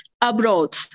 abroad